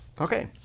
Okay